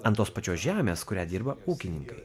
ant tos pačios žemės kurią dirba ūkininkai